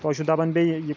تۄہہِ چھُ دَپان بیٚیہِ یہِ